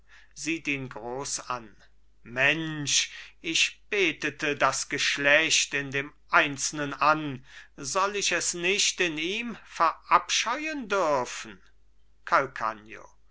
sieht ihn groß an mensch ich betete das geschlecht in dem einzelnen an soll ich es nicht in ihm verabscheuen dürfen